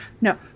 No